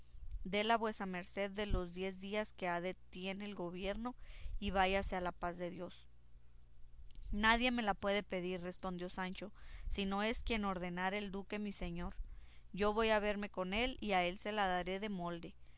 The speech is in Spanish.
residencia déla vuesa merced de los diez días que ha que tiene el gobierno y váyase a la paz de dios nadie me la puede pedir respondió sancho si no es quien ordenare el duque mi señor yo voy a verme con él y a él se la daré de molde